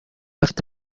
bafite